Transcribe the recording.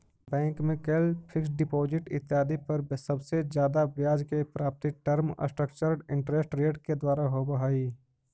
bank में कैल fixed deposit इत्यादि पर सबसे जादे ब्याज के प्राप्ति टर्म स्ट्रक्चर्ड इंटरेस्ट रेट के द्वारा होवऽ हई